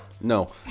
No